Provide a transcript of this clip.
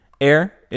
Air